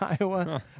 Iowa